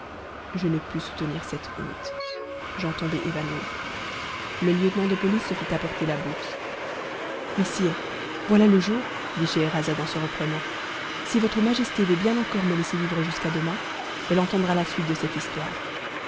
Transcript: je ne pus soutenir cette honte j'en tombai évanoui le lieutenant de police se fit apporter la bourse mais sire voilà le jour dit scheherazade en se reprenant si votre majesté veut bien encore me laisser vivre jusqu'à demain elle entendra la suite de cette histoire